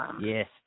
Yes